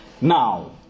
now